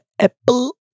apple